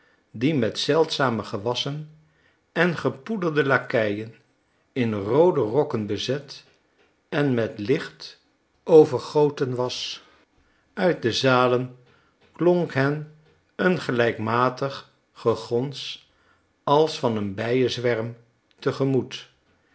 die met zeldzame gewassen en gepoederde lakeien in roode rokken bezet en met licht overgoten was uit de zalen klonk hen een gelijkmatig gegons als van een bijenzwerm te gemoet